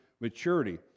maturity